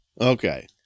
Okay